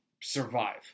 survive